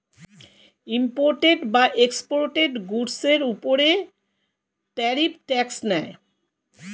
imported বা exported গুডসের উপর ট্যারিফ ট্যাক্স নেয়